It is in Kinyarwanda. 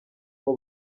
aho